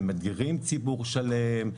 מדירים ציבור שלם,